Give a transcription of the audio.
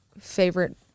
favorite